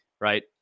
right